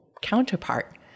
counterpart